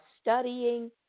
studying